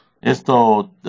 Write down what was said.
esto